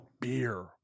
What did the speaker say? beer